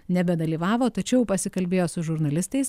nebedalyvavo tačiau pasikalbėjo su žurnalistais